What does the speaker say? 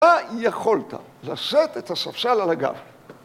מה יכולת? לשאת את הספסל על הגב.